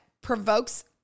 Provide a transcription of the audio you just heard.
provokes